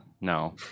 no